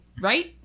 right